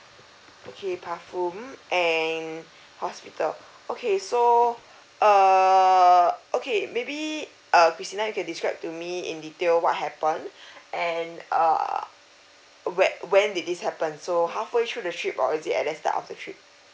okay patpun and hospital okay so err okay maybe uh christina you describe to me in detail what happened and err when when did this happened so halfway through the trip or is it at the start of the trip